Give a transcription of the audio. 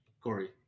Corey